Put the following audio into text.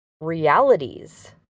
realities